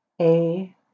A-